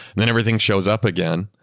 then everything shows up again.